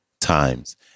Times